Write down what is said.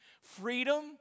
Freedom